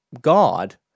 God